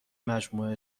مجموعه